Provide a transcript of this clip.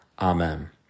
Amen